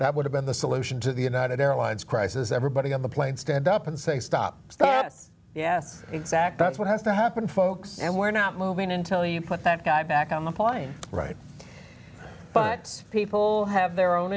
that would have been the solution to the united airlines crisis everybody on the plane stand up and say stop start us yes exact that's what has to happen folks and we're not moving until you put that guy back on the plane right but people have their own